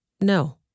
No